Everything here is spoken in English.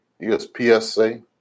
USPSA